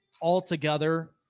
altogether